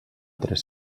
tres